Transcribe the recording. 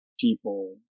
people